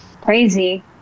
crazy